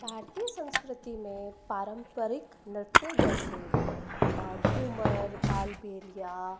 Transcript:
भारतीय संस्कृति में पारंपरिक नृत्य जैसे घूमर कालपेलिया